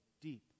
deep